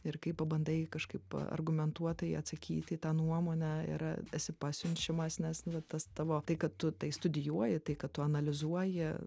ir kai pabandai kažkaip argumentuotai atsakyti į tą nuomonę ir esi pasiunčiamas nes nu tas tavo tai kad tu tai studijuoji tai kad tu analizuoji